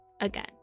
again